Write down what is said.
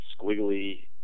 squiggly